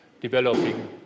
developing